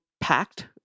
packed